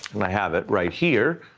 going to have it right here,